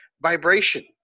vibration